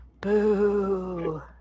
Boo